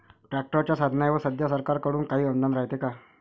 ट्रॅक्टरच्या साधनाईवर सध्या सरकार कडून काही अनुदान रायते का?